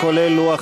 כולל לוח